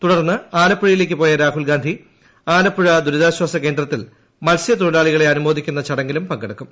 തുടർന്ന് ആലപ്പുഴയിലേക്കു പോയ രാഹുൽഗാന്ധി ആലപ്പുഴ ദുരിതാശ്വാസ കേന്ദ്രത്തിൽ മൽസൃത്തൊഴിലാളികളെ അനുമോദിക്കുന്ന ചടങ്ങിലും പങ്കെടുക്കും